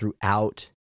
throughout